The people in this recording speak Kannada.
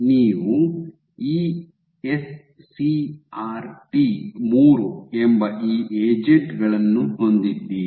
ನೀವು ಇಎಸ್ಸಿಆರ್ಟಿ III ಎಂಬ ಈ ಏಜೆಂಟ್ ಗಳನ್ನು ಹೊಂದಿದ್ದೀರಿ